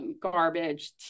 garbage